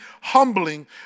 humbling